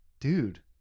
Dude